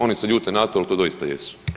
Oni se ljute na to, al to doista jesu.